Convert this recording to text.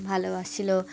ভালোবাসছিল